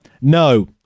no